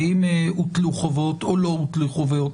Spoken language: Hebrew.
האם הוטלו חובות או לא הוטלו חובות